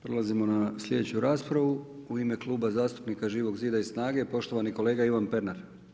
Prelazimo na slijedeću raspravu, u ime Kluba zastupnika živog zida i SNAGA-e, poštovani kolega Ivan Pernar.